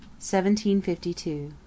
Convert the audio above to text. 1752